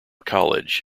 college